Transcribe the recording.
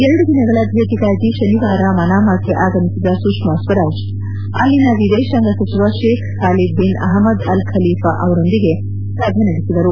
ಎರಡು ದಿನಗಳ ಭೇಟಿಗಾಗಿ ಶನಿವಾರ ಮನಾಮಕ್ಕೆ ಆಗಮಿಸಿದ ಸುಷ್ನಾ ಸ್ವರಾಜ್ ಅಲ್ಲಿನ ವಿದೇಶಾಂಗ ಸಚಿವ Sheikh Khalid bin Ahmed Al Khalifa ಅವರೊಂದಿಗೆ ಸಭೆ ನಡೆಸಿದರು